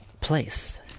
place